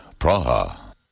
Praha